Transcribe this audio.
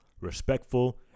respectful